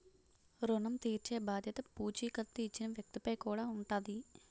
ఋణం తీర్చేబాధ్యత పూచీకత్తు ఇచ్చిన వ్యక్తి పై కూడా ఉంటాది